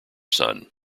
son